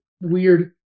weird